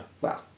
wow